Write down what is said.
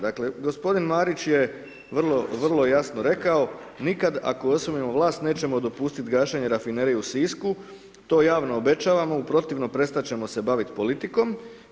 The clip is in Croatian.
Dakle gospodin Marić je vrlo jasno rekao, nikad ako osvojimo vlast nećemo dopustiti gašenje rafinerije u Sisku, to javno obećavamo u protivnom prestati ćemo se baviti politikom.